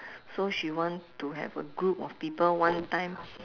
so she want to have a group of people one time